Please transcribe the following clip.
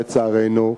לצערנו,